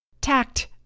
Tact